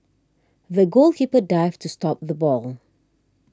the goalkeeper dived to stop the ball